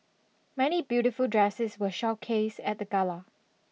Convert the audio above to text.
many beautiful dresses were showcased at the gala